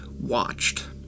watched